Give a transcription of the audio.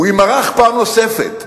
הוא יימרח פעם נוספת.